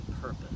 purpose